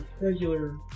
regular